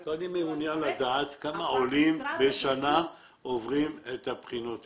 --- אני מעוניין לדעת כמה עולים בשנה עוברים את בחינות הרישוי.